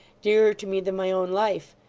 dearer to me than my own life.